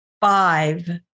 five